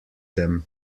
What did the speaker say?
them